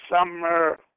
summer